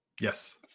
yes